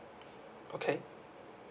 okay